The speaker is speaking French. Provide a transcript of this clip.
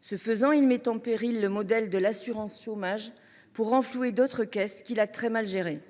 Ce faisant, il met en péril le modèle de l’assurance chômage, pour renflouer d’autres caisses qu’il a très mal gérées.